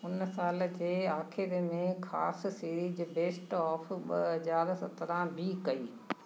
हुन साल जे आख़िर में ख़ासि सीरीज बेस्ट ऑफ ॿ हज़ार सत्रहं बि कई